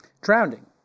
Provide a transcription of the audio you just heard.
drowning